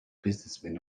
businessmen